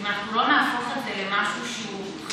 אם אנחנו לא נהפוך את זה למשהו שהוא חווייתי,